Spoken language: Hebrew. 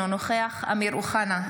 אינו נוכח אמיר אוחנה,